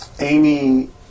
Amy